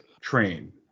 Train